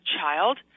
child